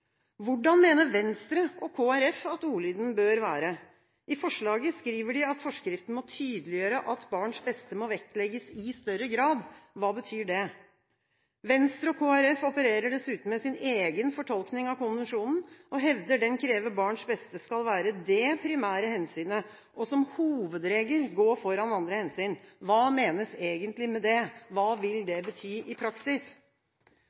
Hvordan mener Venstre og Kristelig Folkeparti at ordlyden bør være? I forslaget skriver de at forskriften må tydeliggjøre at barns beste må vektlegges i større grad. Hva betyr det? Venstre og Kristelig Folkeparti opererer dessuten med sin egen fortolkning av konvensjonen og hevder den krever at barns beste skal være det primære hensynet og som hovedregel gå foran andre hensyn. Hva menes egentlig med det? Hva vil